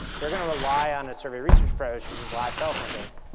they're gonna rely on a survey research approach, which is live telephone based.